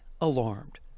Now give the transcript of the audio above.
alarmed